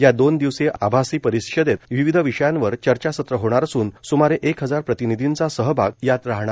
या दोन दिवसीय आभासी परिषदेत विविध विषयांवर चर्चासत्र होणार असून सुमारे एक हजार प्रतीनिधींचा सहभाग राहणार आहे